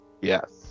Yes